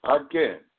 Again